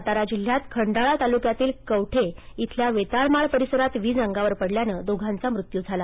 सातारा जिल्ह्यात खंडाळा तालुकयातील कवठे इथल्या वेताळमाळ परिसरात वीज अंगावर पडल्याने दोघांचा मृत्यू झाला